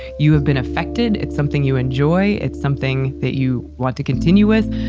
you have been affected, it's something you enjoy, it's something that you want to continue with,